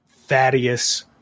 Thaddeus